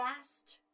fast